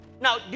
now